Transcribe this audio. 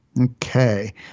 Okay